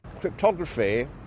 Cryptography